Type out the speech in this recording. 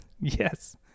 Yes